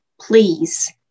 please